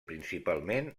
principalment